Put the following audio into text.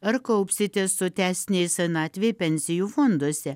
ar kaupsite sotesnei senatvei pensijų fonduose